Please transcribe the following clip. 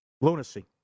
Lunacy